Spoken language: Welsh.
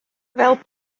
fel